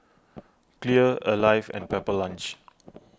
Clear Alive and Pepper Lunch